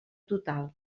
total